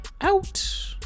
out